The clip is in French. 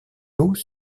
nous